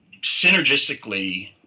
synergistically